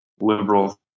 liberal